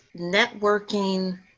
networking